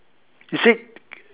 you say